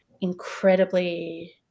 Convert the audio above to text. incredibly